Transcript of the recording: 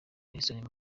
nelson